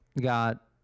got